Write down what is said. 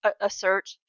assert